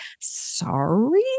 sorry